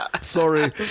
sorry